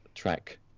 track